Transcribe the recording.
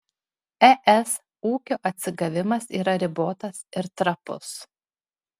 es ūkio atsigavimas yra ribotas ir trapus